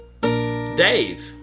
Dave